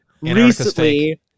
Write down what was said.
recently